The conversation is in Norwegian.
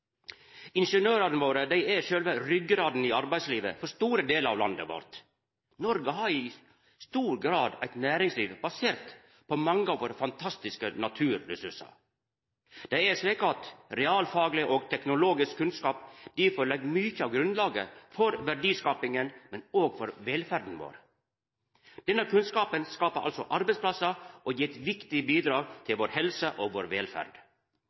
er sjølve ryggrada i arbeidslivet for store delar av landet vårt. Noreg har i stor grad eit næringsliv basert på mange av våre fantastiske naturressursar. Realfagleg og teknologisk kunnskap legg difor mykje av grunnlaget for verdiskapinga og velferda vår. Denne kunnskapen skapar arbeidsplassar og gjev eit viktig bidrag til vår helse og velferd.